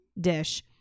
dish